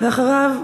ואחריו,